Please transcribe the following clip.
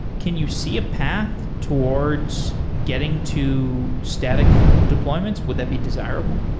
can you see a path towards getting to static deployments? would that be desirable?